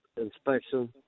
inspection